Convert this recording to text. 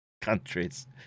countries